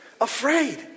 afraid